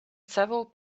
several